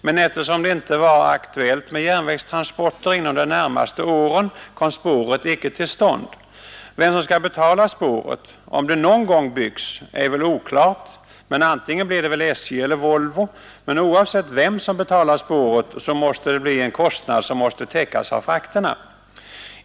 — men eftersom det icke var aktuellt med järnvägstransporter inom de närmaste åren kom spåret icke till stånd. Vem som skall betala spåret, om det någon gång byggs, är oklart, men antingen blir det väl SJ eller Volvo. Oavsett vem som betalar spåret måste det dock bli en kostnad som skall täckas av frakterna.